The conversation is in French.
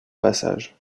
passage